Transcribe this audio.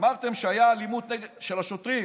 אמרתם שהייתה אלימות של השוטרים